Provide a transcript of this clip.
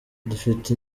dufite